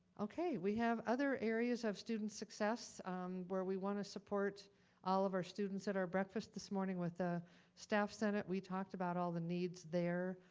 ok, we have other areas of student success where we wanna support all of our students at our breakfast this morning with the staff senate. we talked about all the needs there,